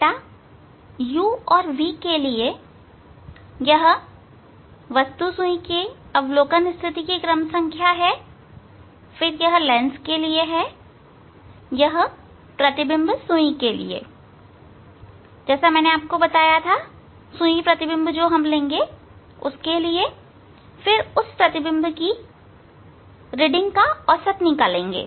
data u और v के लिए यह वस्तु सुई की अवलोकन स्थिति की क्रम संख्या फिर लेंस फिर प्रतिबिंब सुईजैसा मैंने आपको बताया था सुई प्रतिबिंब के लिए फिर उस प्रतिबिंब रीडिंग का औसत निकालेंगे